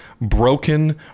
broken